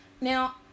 Now